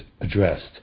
addressed